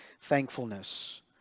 thankfulness